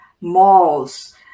malls